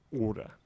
order